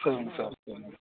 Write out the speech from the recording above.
சரிங்க சார் சரிங்க சார்